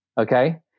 Okay